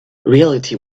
reality